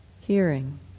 Hearing